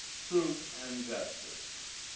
truth and justice.